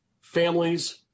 families